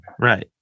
right